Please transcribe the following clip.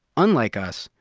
unlike us,